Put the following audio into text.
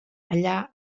allà